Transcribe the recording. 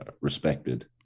respected